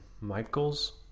Michaels